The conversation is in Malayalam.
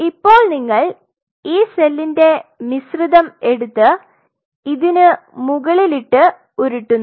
ഇപ്പോൾ നിങ്ങൾ ഈ സെല്ലിന്റെ മിശ്രിതം എടുത്ത് ഇതിനു മുകളിലിട്ട് ഉരുട്ടുന്നു